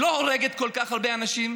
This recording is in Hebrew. שלא הורגת כל כך הרבה אנשים,